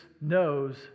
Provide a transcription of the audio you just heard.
knows